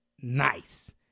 nice